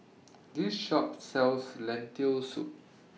This Shop sells Lentil Soup